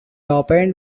opened